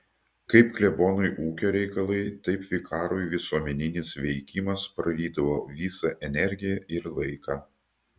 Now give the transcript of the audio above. kaip klebonui ūkio reikalai taip vikarui visuomeninis veikimas prarydavo visą energiją ir laiką